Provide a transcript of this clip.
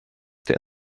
their